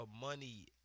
money